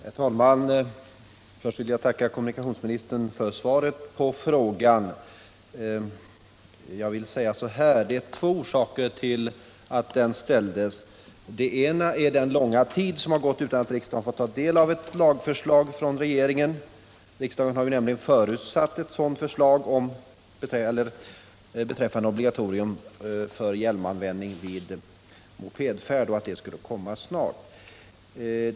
Herr talman! Jag vill först tacka kommunikationsministern för svaret på min fråga. Det finns två orsaker till att den ställdes. Den ena är den långa tid som gått utan att riksdagen fått ta del av ett lagförslag från regeringen. Riksdagen har nämligen förutsatt att ett sådant lagförslag om obligatorium för hjälmanvändning snart skulle komma.